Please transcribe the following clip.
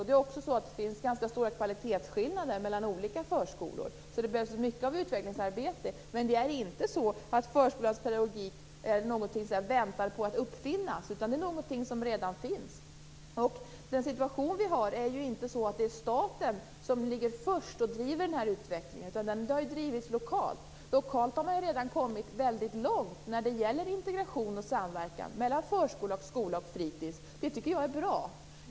Det finns också ganska stora kvalitetsskillnader mellan olika förskolor. Det behövs mycket av utvecklingsarbete, men det är inte så att förskolans pedagogik så att säga väntar på att uppfinnas, utan den finns redan. Det är inte staten som ligger först och driver den här utvecklingen, utan den har drivits lokalt. Lokalt har man redan kommit väldigt långt när det gäller integration och samverkan mellan förskola, skola och fritis. Det tycker jag är bra.